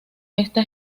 esta